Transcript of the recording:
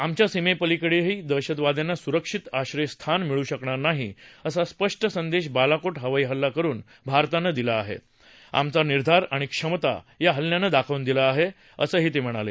आमच्या सीमेपलीकडेही दहशतवाद्यांना सुरक्षित आश्रयस्थान मिळू शकणार नाही असा स्पष्ट संदेश बालाकोट हवाई हल्ला करुन भारतानं दिला आहे आमचा निर्धार आणि क्षमता या हल्ल्यानं दाखवून दिला आहे असंही ते म्हणाले